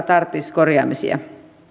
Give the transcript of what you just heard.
tarvitsisivat korjaamista